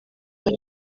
hari